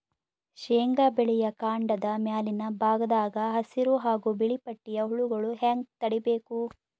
ಶೇಂಗಾ ಬೆಳೆಯ ಕಾಂಡದ ಮ್ಯಾಲಿನ ಭಾಗದಾಗ ಹಸಿರು ಹಾಗೂ ಬಿಳಿಪಟ್ಟಿಯ ಹುಳುಗಳು ಹ್ಯಾಂಗ್ ತಡೀಬೇಕು?